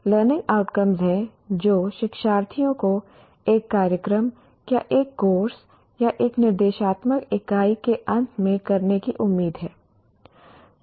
learning outcomes हैं जो शिक्षार्थियों को एक कार्यक्रम या एक कोर्स या एक निर्देशात्मक इकाई के अंत में करने की उम्मीद है